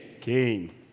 King